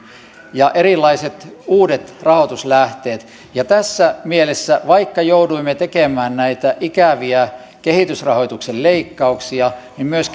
ja erilaiset uudet rahoituslähteet tässä mielessä vaikka jouduimme tekemään näitä ikäviä kehitysrahoituksen leikkauksia myös